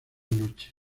noches